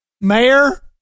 mayor